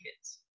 kids